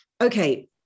okay